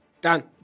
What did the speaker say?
Done